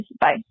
Bye